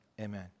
Amen